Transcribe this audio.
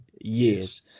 years